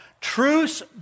Truce